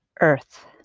Earth